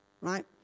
Right